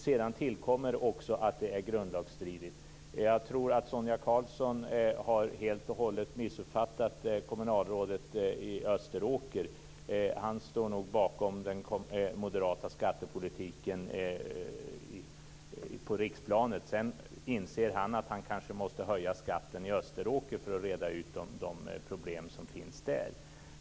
Sedan tillkommer också att det är grundlagsstridigt. Jag tror att Sonia Karlsson helt och hållet har missuppfattat kommunalrådet i Österåker. Han står nog bakom den moderata skattepolitiken på riksplanet. Sedan inser han att han kanske måste höja skatten i Österåker för att reda ut de problem som finns där.